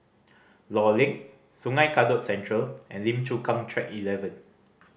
Law Link Sungei Kadut Central and Lim Chu Kang Track Eleven